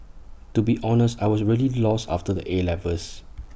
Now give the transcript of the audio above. to be honest I was really lost after the 'A' levels